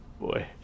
Boy